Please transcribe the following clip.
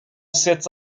sets